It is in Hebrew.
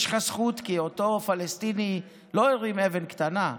יש לך זכות, כי אותו פלסטיני לא הרים אבן קטנה,